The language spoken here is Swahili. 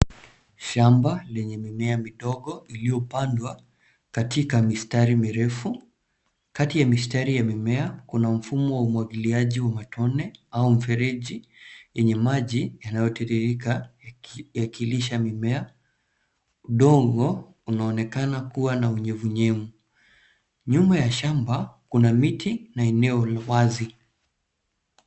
Shamba lenye mimea midogo iliyopandwa katika mistari mirefu. Kati ya mistari ya mimea kuna mfumo wa umwagiliaji wa matone au mfereji yenye maji yanayotiririka yakilisha mimea. Udongo unaonekana kua na unyevunyevu. Nyuma ya shamba kuna miti na eneo iliyo wazi.